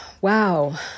wow